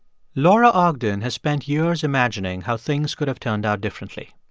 laura ogden has spent years imagining how things could have turned out differently.